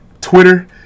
Twitter